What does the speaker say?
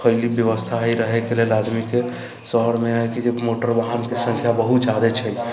फैल व्यवस्था हइ रहैके लेल आदमीके शहरमे हइ कि जे मोटर वाहनके संख्या बहुत जादे छै